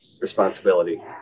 responsibility